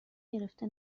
گرفته